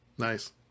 Nice